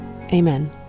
Amen